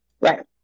Right